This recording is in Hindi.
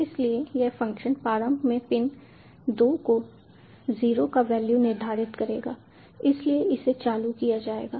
इसलिए यह फ़ंक्शन प्रारंभ में पिन 2 को 0 का वैल्यू निर्धारित करेगा इसलिए इसे चालू किया जाएगा